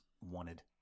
wanted